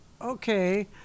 okay